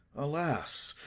alas,